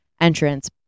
entrance